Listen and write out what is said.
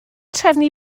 trefnu